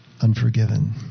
unforgiven